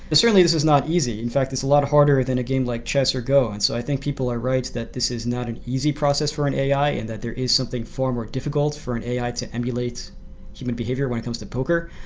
but certainly, this is not easy. in fact, it's a lot harder than a game like chess or go, and so i think people are right that this is not an easy process for an ai and that there is something far more difficult for an ai to emulate human behavior when it comes poker,